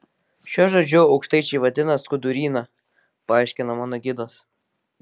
šiuo žodžiu aukštaičiai vadina skuduryną paaiškino mano gidas